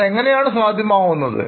അതെങ്ങനെയാണ് സാധ്യമാകുന്നത്